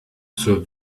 zur